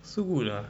so good ah